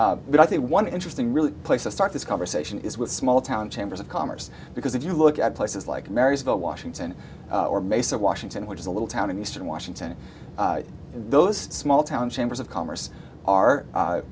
but i think one interesting really place to start this conversation is with small town chambers of commerce because if you look at places like marysville washington or mesa washington which is a little town in eastern washington in those small town chambers of commerce ar